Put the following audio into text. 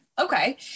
Okay